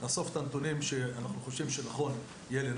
נאסוף את הנתונים שאנחנו חושבים שיהיה נכון לנתח,